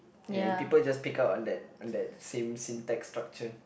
and people just pick up on that on that same syntax structure